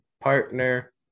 partner